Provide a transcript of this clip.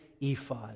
ephod